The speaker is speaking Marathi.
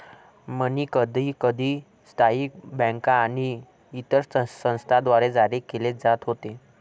मनी कधीकधी स्थानिक बँका आणि इतर संस्थांद्वारे जारी केले जात होते